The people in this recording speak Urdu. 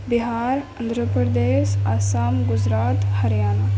بہار آندھرا پردیش آسام گجرات ہریانہ